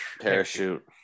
Parachute